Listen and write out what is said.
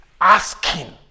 asking